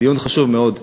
הדיון חשוב מאוד.